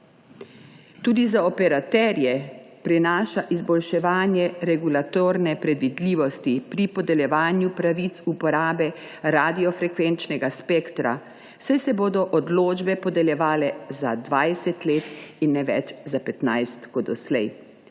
Tudi za operaterje prinaša izboljševanje regulatorne predvidljivosti pri podeljevanju pravic uporabe radiofrekvenčnega spektra, saj se bodo odločbe podeljevale za 20 let in ne več za 15 let,